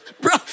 Bro